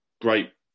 great